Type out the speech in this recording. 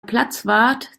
platzwart